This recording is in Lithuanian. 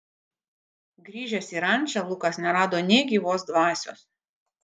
grįžęs į rančą lukas nerado nė gyvos dvasios